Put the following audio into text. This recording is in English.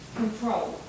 control